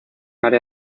área